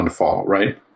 right